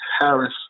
Harris